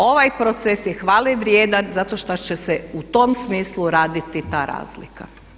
Ovaj proces je hvale vrijedan zato što će se u tom smislu raditi ta razlika.